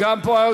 גם פה.